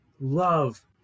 love